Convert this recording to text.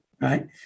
right